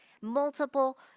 multiple